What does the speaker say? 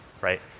right